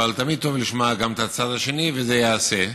אבל תמיד טוב לשמוע גם את הצד השני, וזה ייעשה,